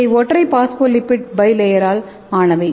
இவை ஒற்றை பாஸ்போலிபிட் பை பளேயரால் ஆனவை